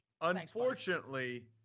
Unfortunately